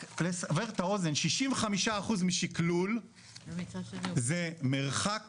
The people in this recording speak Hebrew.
רק לסבר את האוזן, 65% משיקלול זה מרחק